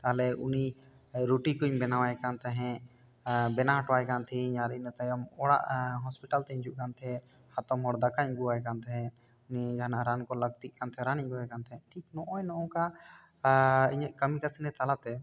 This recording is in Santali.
ᱛᱟᱦᱚᱞᱮ ᱩᱱᱤ ᱨᱩᱴᱤ ᱠᱚᱹᱧ ᱵᱮᱱᱟᱣᱟᱭ ᱠᱟᱱ ᱛᱟᱦᱮᱸ ᱟᱨ ᱵᱮᱱᱟᱣ ᱦᱚᱴᱚᱣᱟᱭ ᱠᱟᱱ ᱛᱟᱦᱮᱸ ᱟᱹᱧ ᱟᱨ ᱤᱱᱟᱹ ᱛᱟᱭᱚᱢ ᱚᱲᱟᱜ ᱦᱚᱥᱯᱤᱴᱟᱹᱞ ᱛᱮᱧ ᱦᱤᱡᱩᱜ ᱠᱟᱱ ᱛᱟᱦᱮᱸ ᱦᱟᱛᱚᱢ ᱦᱚᱲ ᱫᱟᱠᱟᱧ ᱟᱹᱜᱩᱣᱟᱭ ᱠᱟᱱ ᱛᱟᱦᱮᱸ ᱩᱱᱤ ᱡᱟᱦᱟᱱᱟᱜ ᱨᱟᱱ ᱠᱚ ᱞᱟᱹᱠᱛᱤᱜ ᱠᱟᱱ ᱛᱟᱦᱮᱸ ᱨᱟᱱ ᱠᱚᱹᱧ ᱟᱹᱜᱩᱣᱟᱭ ᱠᱟᱱ ᱛᱟᱦᱮᱸᱜ ᱴᱷᱤᱠ ᱱᱚᱜᱼᱚᱭ ᱱᱚᱝᱠᱟ ᱤᱧᱟᱹᱜ ᱠᱟᱹᱢᱤ ᱠᱟᱹᱥᱱᱤ ᱛᱟᱞᱟ ᱛᱮ